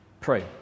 pray